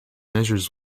measures